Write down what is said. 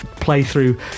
playthrough